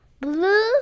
Blue